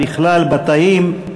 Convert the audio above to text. בכלל, בתאים.